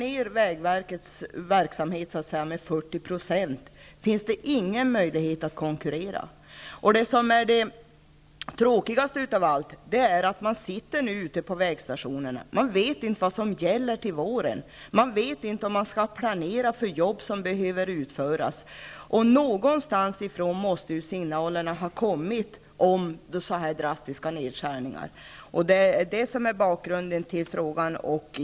Om vägverkets verksamhet skärs ned med 40 % finns det ingen möjlighet att konkurrera. Tråkigast av allt är att man ute på vägstationerna inte vet vad som kommer att gälla till våren. Man vet inte om man skall planera för jobb som behöver utföras. Signalerna om så här drastiska nedskärningar måste ju ha sitt ursprung någonstans. Det är bakgrunden till min fråga.